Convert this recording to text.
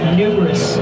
numerous